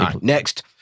next